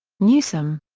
newseum.